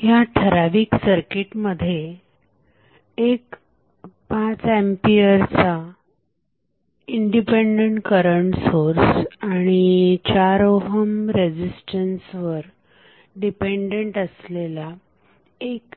ह्या ठराविक सर्किटमध्ये एक 5 एंपियरचा इंडिपेंडेंट करंट सोर्स आणि 4 ओहम रेझिस्टन्सवर डिपेंडंट असलेला एक